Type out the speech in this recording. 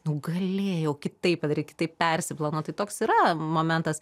nu galėjau kitaip padaryt kitaip persiplanuot tai toks yra momentas